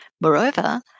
Moreover